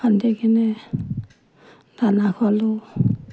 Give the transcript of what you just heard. বান্ধি কিনে দানা খোৱালোঁ